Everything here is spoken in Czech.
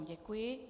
Děkuji.